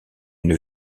une